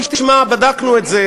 תשמע, בדקנו את זה.